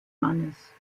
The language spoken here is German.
mannes